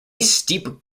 steep